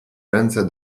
ręce